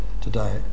today